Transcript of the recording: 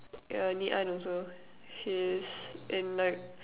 yeah Ngee-Ann also she's in like